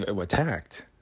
attacked